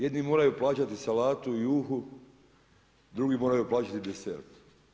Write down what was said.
Jedni moraju plaćati salatu i juhu, drugi moraju plaćati desert.